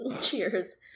cheers